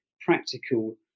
practical